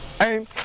aim